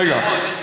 רגע.